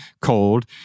cold